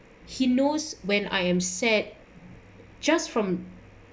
he knows when I am sad just from